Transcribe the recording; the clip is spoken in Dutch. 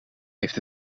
heeft